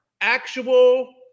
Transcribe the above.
actual